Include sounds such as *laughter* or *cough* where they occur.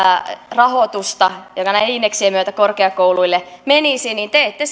rahoitusta joka näiden indeksien myötä korkeakouluille menisi te ette *unintelligible*